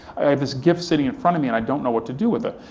this gift sitting in front of me, and i don't know what to do with it.